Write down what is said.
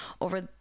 over